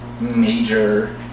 major